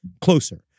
closer